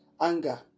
Anger